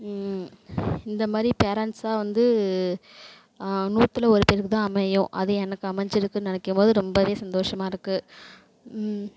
இந்த மாதிரி பேரன்ட்ஸ் எல்லாம் வந்து நூற்றுல ஒரு பேருக்கு தான் அமையும் அது எனக்கு அமைஞ்சுருக்குன்னு நினைக்கும்போது ரொம்பவே சந்தோஷமாக இருக்கு